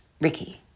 Ricky